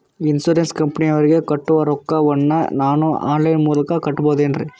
Insurance ಕಂಪನಿಯವರಿಗೆ ಕಟ್ಟುವ ರೊಕ್ಕ ವನ್ನು ನಾನು ಆನ್ ಲೈನ್ ಮೂಲಕ ಕಟ್ಟಬಹುದೇನ್ರಿ?